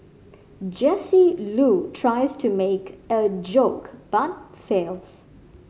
Jesse Loo tries to make a joke but fails